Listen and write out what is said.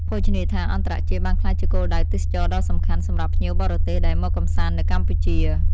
ភោជនីយដ្ឋានអន្តរជាតិបានក្លាយជាគោលដៅទេសចរណ៍ដ៏សំខាន់សម្រាប់ភ្ញៀវបរទេសដែលមកកម្សាន្តនៅកម្ពុជា។